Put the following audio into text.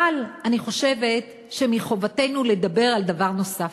אבל אני חושבת שמחובתנו לדבר על דבר נוסף,